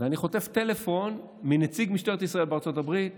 ואני חוטף טלפון מנציג משטרת ישראל בארצות הברית